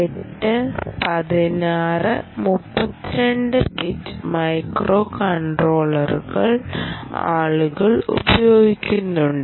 8 16 32 bit മൈക്രോകൺട്രോളുകൾ ആളുകൾ ഉപയോഗിക്കുന്നുണ്ട്